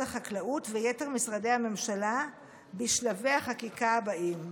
החקלאות ויתר משרדי הממשלה בשלבי החקיקה הבאים.